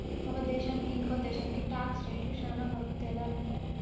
ఒక దేశానికి ఇంకో దేశానికి టాక్స్ రేట్లు శ్యానా కొరకు తేడాలుంటాయి